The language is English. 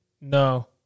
No